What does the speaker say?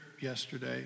yesterday